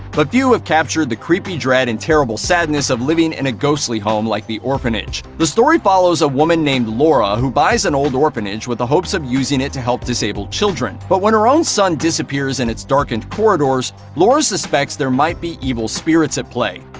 but few have captured the creeping dread and terrible sadness of living in a ghostly home like the orphanage. the story follows a woman named laura who buys an old orphanage with the hopes of using it to help disabled children. but when her own son disappears in its its darkened corridors, laura suspects there might be evil spirits at play.